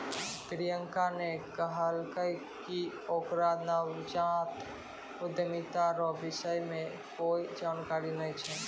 प्रियंका ने कहलकै कि ओकरा नवजात उद्यमिता रो विषय मे कोए जानकारी नै छै